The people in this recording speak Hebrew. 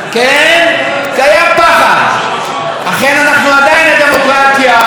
אכן, אנחנו הדמוקרטיה היחידה במזרח התיכון,